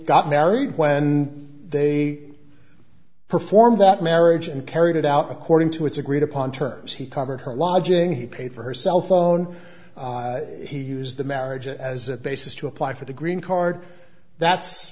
got married when they performed that marriage and carried it out according to its agreed upon terms he covered her lodging he paid for her cell phone he used the marriage as a basis to apply for the green card that's